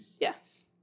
yes